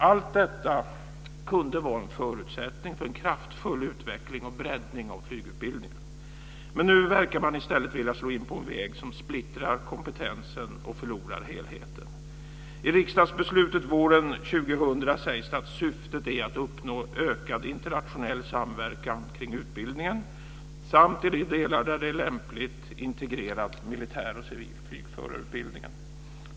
Allt detta kunde vara en förutsättning för en kraftfull utveckling och breddning av flygutbildningen, men nu verkar man i stället vilja slå in på en väg som splittrar kompetensen och föröder helheten. I riksdagsbeslutet våren 2000 framhålls att syftet är att uppnå ökad internationell samverkan kring utbildningen samt att i de delar där det är lämpligt integrera militära och civila flygförarutbildningar.